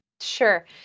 Sure